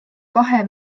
kahe